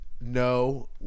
no